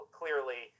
clearly